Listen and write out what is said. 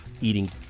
eating